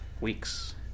Weeks